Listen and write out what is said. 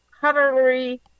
cutlery